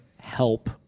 help